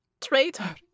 Traitor